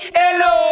hello